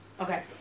Okay